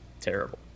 Terrible